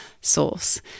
source